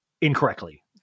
incorrectly